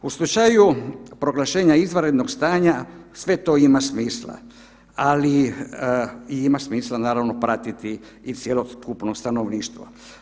U slučaju proglašenja izvanrednog stanja sve to ima smisla, ali i ima smisla naravno pratiti i cjelokupno stanovništvo.